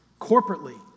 Corporately